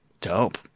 Dope